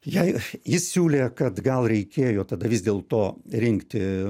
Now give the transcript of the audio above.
jei jis siūlė kad gal reikėjo tada vis dėlto rinkti